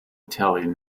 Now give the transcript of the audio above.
italian